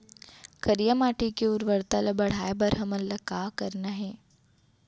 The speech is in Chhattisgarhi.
करिया माटी के उर्वरता ला बढ़ाए बर हमन ला का करना हे?